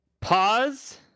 pause